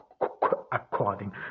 according